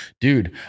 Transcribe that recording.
dude